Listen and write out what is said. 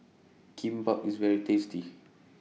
Kimbap IS very tasty